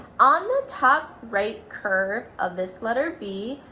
on the top right curve of this letter b,